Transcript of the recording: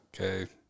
okay